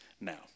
now